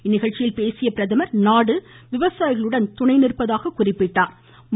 இந்நிகழ்ச்சியில் பேசிய பிரதமர் நாடு விவசாயிகளுடன் துணை நிற்பதாக கூறினார்